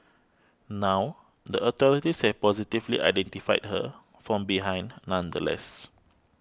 now the authorities have positively identified her from behind nonetheless